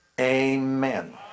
Amen